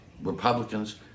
Republicans